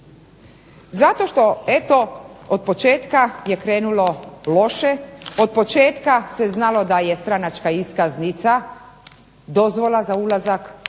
što eto od početka je krenulo loše, od početka je znalo da je stranačka iskaznica dozvola za ulazak u